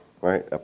right